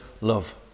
love